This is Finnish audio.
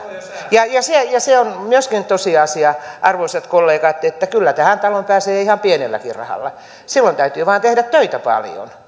ottaa rahaa ja se on myöskin tosiasia arvoisat kollegat että kyllä tähän taloon pääsee ihan pienelläkin rahalla silloin täytyy vain tehdä töitä paljon